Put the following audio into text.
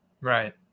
Right